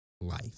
life